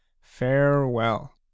Farewell